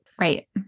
right